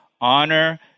Honor